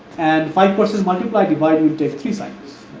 and five percent multiply divide will take three cycles